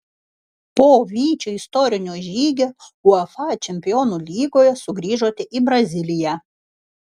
po vyčio istorinio žygio uefa čempionų lygoje sugrįžote į braziliją